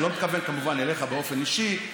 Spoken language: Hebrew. אני לא מתכוון כמובן אליך באופן אישי,